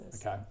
Okay